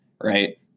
right